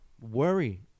worry